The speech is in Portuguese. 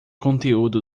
conteúdo